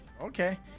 okay